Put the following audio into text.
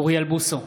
אוריאל בוסו,